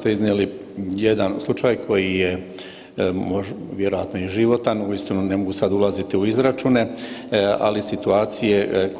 Sad ste iznijeli jedan slučaj koji je vjerojatno i životan, uistinu ne mogu sad ulaziti u izračune, ali situacije